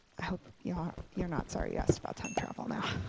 i hope you're you're not sorry you asked about time travel now.